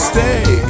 Stay